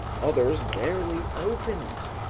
others barely opened,